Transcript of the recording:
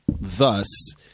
Thus